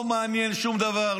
לא מעניין שום דבר,